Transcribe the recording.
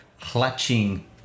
clutching